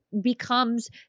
becomes